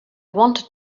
wanted